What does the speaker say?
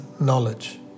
knowledge